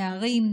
נערים,